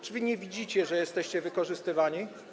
Czy wy nie widzicie, że jesteście wykorzystywani?